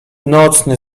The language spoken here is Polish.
nocny